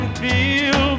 feel